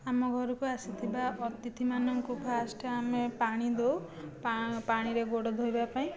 ଆମ ଘରକୁ ଆସିଥିବା ଅତିଥିମାନଙ୍କୁ ଫାର୍ଷ୍ଟ ଆମେ ପାଣି ଦେଉ ପାଣିରେ ଗୋଡ଼ ଧୋଇବା ପାଇଁ